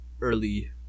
early